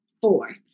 four